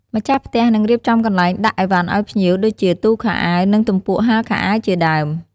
ម្ចាស់ផ្ទះនឹងរៀបចំកន្លែងដាក់ឥវ៉ាន់ឲ្យភ្ញៀវ ដូចជា ទូខោអាវ និង ទំពក់ហាលខោអាវជាដើម។